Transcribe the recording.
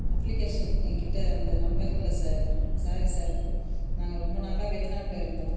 application எங்ககிட்ட அந்த number இல்லை சார் ஸாரி சார் நாங்கள் ரொம்ப நாளாக வெளிநாட்டில இருந்தோம்